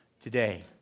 today